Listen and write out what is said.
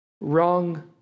Wrong